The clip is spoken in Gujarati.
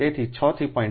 તેથી 6 થી 0